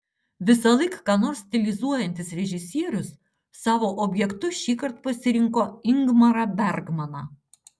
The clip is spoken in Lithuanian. visąlaik ką nors stilizuojantis režisierius savo objektu šįkart pasirinko ingmarą bergmaną